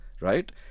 Right